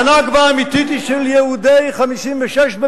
ה"נכבה" האמיתית היא של יהודי 1956 במצרים,